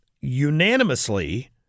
unanimously